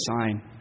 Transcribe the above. sign